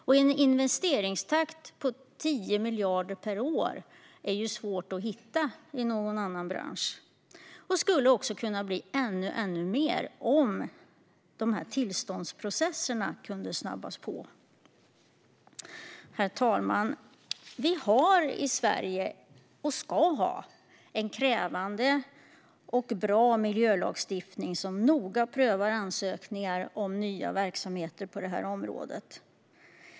Och en investeringstakt på 10 miljarder per år är svår att hitta i någon annan bransch. Det skulle kunna bli ännu mer om tillståndsprocesserna kunde snabbas på. Herr talman! Sverige har och ska ha en krävande och bra miljölagstiftning som noga prövar ansökningar om nya verksamheter på det här området.